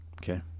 Okay